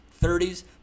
30s